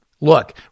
Look